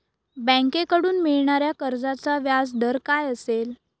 बँकेकडून मिळणाऱ्या कर्जाचा व्याजदर काय असेल?